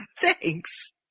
Thanks